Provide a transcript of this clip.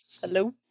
Hello